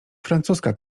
francuska